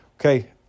Okay